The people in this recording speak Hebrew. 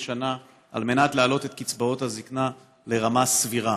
שנה על מנת להעלות את קצבאות הזקנה לרמה סבירה,